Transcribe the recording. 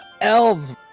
Elves